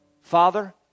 Father